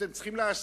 אתם צריכים להסית.